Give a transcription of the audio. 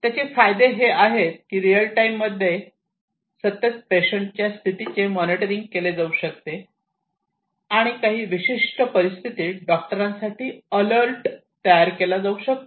त्याचे फायदे हे आहेत की रिअल टाइम मध्ये सतत पेशंट च्या स्थितीचे मॉनिटरिंग केले जाऊ शकते आणि काही विशिष्ट परिस्थितीत डॉक्टरां साठी अलर्ट तयार होऊ शकतात